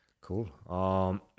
Cool